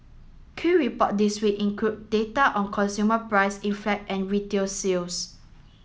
key report this week include data on consumer price and retail sales